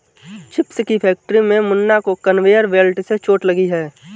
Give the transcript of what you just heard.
chips की factory में मुन्ना को कन्वेयर बेल्ट से चोट लगी है